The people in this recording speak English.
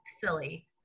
silly